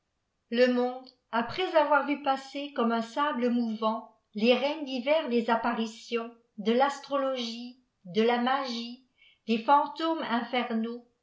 le mondeaprês avoir vii passer comme un sawe mouvant les règnes divers des apparitions de l'aslrologie de la magi'e des fiiniûfiies infernaux